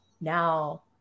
now